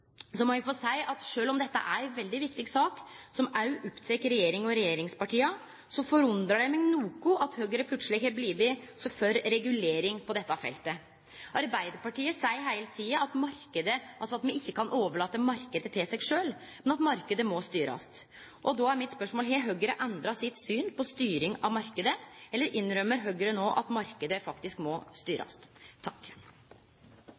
så for regulering på dette feltet. Arbeidarpartiet seier heile tida at me ikkje kan overlate marknaden til seg sjølv, men at marknaden må styrast. Då er mitt spørsmål: Har Høgre endra syn på styring av marknaden, eller innrømmer Høgre no at marknaden faktisk må